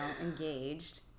engaged